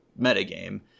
metagame